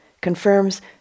confirms